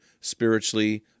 spiritually